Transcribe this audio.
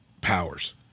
powers